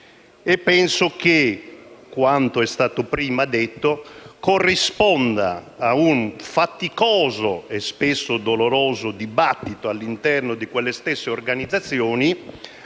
penso che quanto è stato prima detto corrisponda a un faticoso e spesso doloroso dibattito all'interno di quelle stesse organizzazioni.